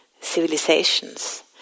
civilizations